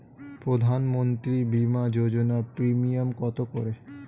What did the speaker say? প্রধানমন্ত্রী বিমা যোজনা প্রিমিয়াম কত করে?